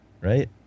Right